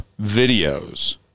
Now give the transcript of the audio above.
videos